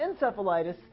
encephalitis